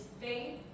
faith